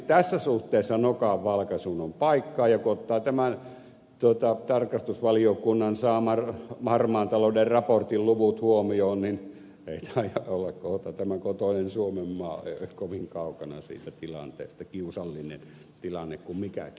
tässä suhteessa nokanvalkaisuun on paikka ja kun ottaa tämän tarkastusvaliokunnan saaman harmaan talouden raportin luvut huomioon niin ei taida olla kohta tämä kotoinen suomenmaa kovin kaukana siitä tilanteesta kiusallinen tilanne kuin mikäkin